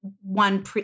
one